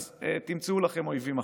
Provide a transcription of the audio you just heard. אז תמצאו לכם אויבים אחרים,